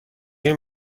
این